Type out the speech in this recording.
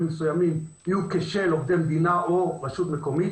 מסוימים יהיו כשל עובדי מדינה או רשות מקומית.